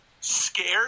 Scared